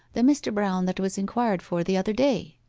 the mr. brown that was inquired for the other day